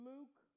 Luke